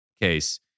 case